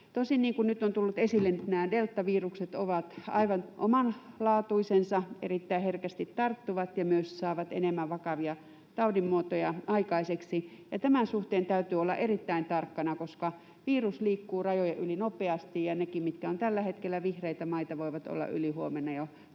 Tosin, niin kuin nyt on tullut esille, nämä deltavirukset ovat aivan omanlaatuisiaan, tarttuvat erittäin herkästi ja myös saavat enemmän vakavia tautimuotoja aikaiseksi, ja tämän suhteen täytyy olla erittäin tarkkana, koska virus liikkuu rajojen yli nopeasti ja nekin, mitkä ovat tällä hetkellä vihreitä maita, voivat olla ylihuomenna jo täysin